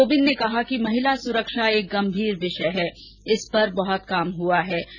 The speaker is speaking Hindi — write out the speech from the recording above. श्री कोविंद ने कहा कि महिला सुरक्षा एक गंभीर विषय है इस पर बहुत काम हुआ है